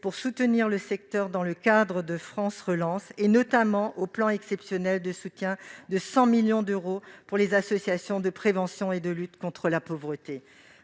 pour soutenir le secteur dans le cadre du plan France Relance et, notamment, au plan exceptionnel de soutien de 100 millions d'euros pour les associations de prévention et de lutte contre la pauvreté.